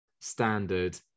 standard